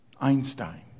Einstein